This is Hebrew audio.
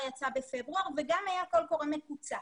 יצא בפברואר וגם היה קול קורא מקוצץ.